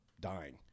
dying